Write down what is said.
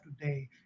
today